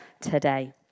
today